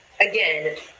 again